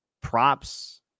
props